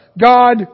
God